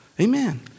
Amen